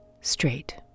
straight